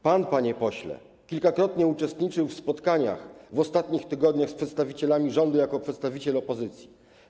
Pan, panie pośle, kilkakrotnie uczestniczył w spotkaniach w ostatnich tygodniach z przedstawicielami rządu jako przedstawiciel opozycji.